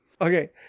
Okay